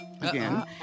again